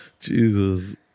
jesus